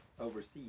overseas